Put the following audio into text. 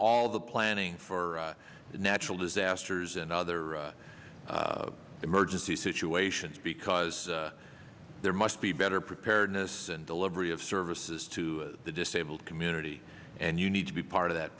all the planning for natural disasters and other emergency situations because there must be better prepared as delivery of services to the disabled community and you need to be part of that